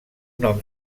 nom